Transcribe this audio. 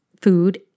food